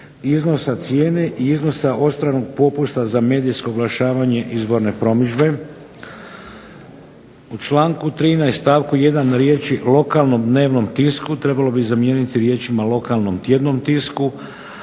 iznosa cijene i iznosa osnovnog popusta za medijsko oglašavanje izborne promidžbe. U članku 13. stavku 1. riječi "lokalnom dnevnom tisku", trebalo bi zamijeniti riječima "lokalnom tjednom tisku",